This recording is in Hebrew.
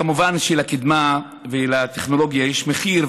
כמובן שלקדמה ולטכנולוגיה יש מחיר,